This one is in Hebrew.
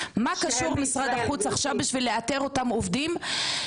עובדים שיש להם כספים ואתן לא מאתרות אותם,